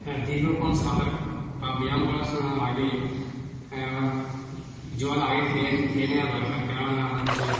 হ্যাঁ দীর্ঘক্ষণ সাঁতার বা ব্যায়াম করার স আগে জল আগে খেয়ে খেয়ে নেওয়া দরকার কেন না হচ্ছে